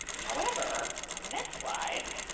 however, on the next slide,